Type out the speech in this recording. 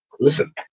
Listen